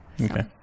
Okay